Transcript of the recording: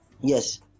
Yes